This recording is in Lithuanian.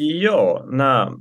jo na